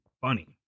funny